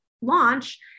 launch